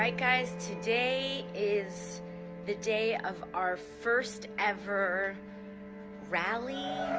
like guys, today is the day of our first ever rally.